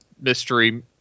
mystery